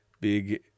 Big